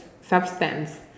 substance